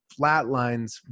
flatlines